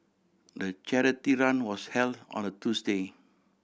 the charity run was held on a Tuesday